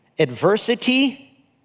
Adversity